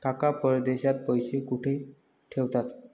काका परदेशात पैसा कुठे ठेवतात?